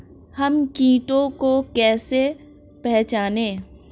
हम कीटों को कैसे पहचाने?